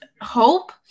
hope